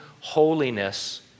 holiness